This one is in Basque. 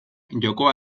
jokoa